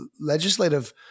legislative